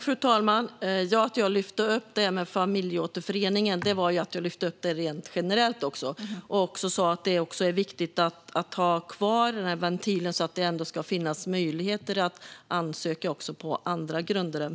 Fru talman! Jag lyfte upp familjeåterförening generellt och sa också att det är viktigt att ha kvar den här ventilen så att det ändå ska finnas möjlighet att ansöka även på andra grunder.